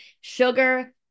Sugar